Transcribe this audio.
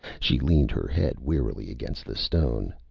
she leaned her head wearily against the stone.